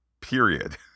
Period